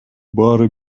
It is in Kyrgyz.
баары